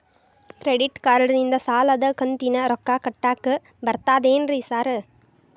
Credit ಕಾರ್ಡನಿಂದ ಸಾಲದ ಕಂತಿನ ರೊಕ್ಕಾ ಕಟ್ಟಾಕ್ ಬರ್ತಾದೇನ್ರಿ ಸಾರ್?